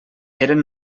eren